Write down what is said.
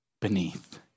beneath